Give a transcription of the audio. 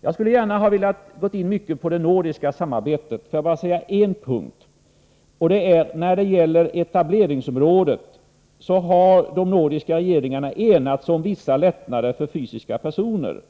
Jag skulle gärna ha velat gå in på det nordiska samarbetet. Låt mig bara ta upp en punkt. När det gäller etableringsområdet har de nordiska regeringarna enats om vissa lättnader för fysiska personer.